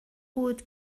بود